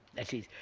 that is,